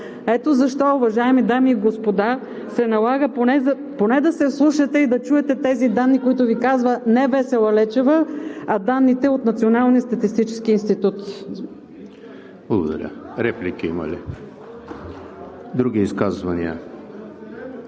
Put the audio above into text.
Ето защо, уважаеми дами и господа, се налага поне да се вслушате и да чуете тези данни, които Ви казва не Весела Лечева, а данните от Националния статистически институт. (Ръкопляскания от „БСП за